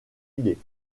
idée